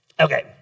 Okay